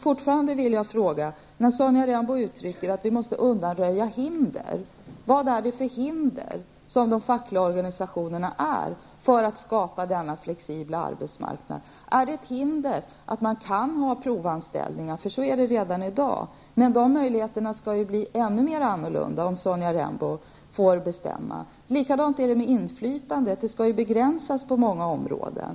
Sonja Rembo säger att vi måste undanröja hinder. Jag vill fortfarande fråga: Vilket hinder utgör de fackliga organisationerna för att skapa en flexibel arbetsmarknad? Är det ett hinder att man kan ha provanställningar? Så är det ju redan i dag. De möjligheterna skall bli annorlunda, om Sonja Rembo får bestämma. Likadant är det med inflytandet. Det skall begränsas på många områden.